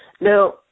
Now